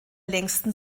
längsten